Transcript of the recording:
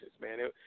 man